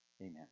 Amen